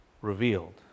revealed